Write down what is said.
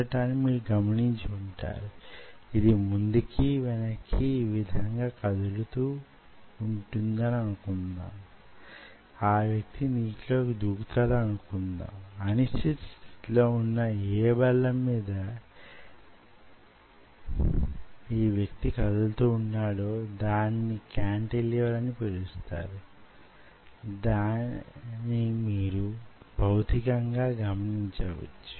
మీ సాధారణ substrate data ఆధారంగా ఆ కణాలు మైక్రో కాంటిలివర్ ను రూపొందించగలవు సారీ కచ్చితంగా మ్యో ట్యూబ్ లను తయారు చేయగలిగి వుండాలి